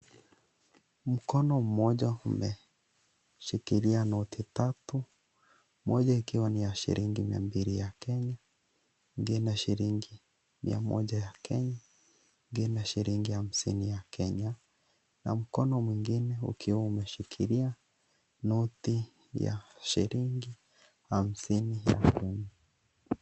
Mkono mmoja umeshikilia noti tatu, moja ikiwa ni shilingi mia mbili ya Kenya, ingine shilingi mia moja ya Kenya , ingine shilingi hamsini ya Kenya, na mkono mwingine ukiwa umeshikilia noti ya shilingi hamsini ya Kenya.